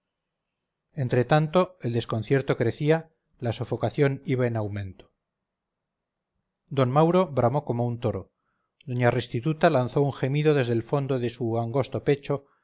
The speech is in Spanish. entre tanto el desconcierto crecía la sofocación iba en aumento d mauro bramó como un toro doña restituta lanzó un gemido desde el fondo de su angosto pecho